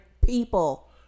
people